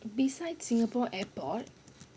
beside singapore airport